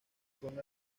son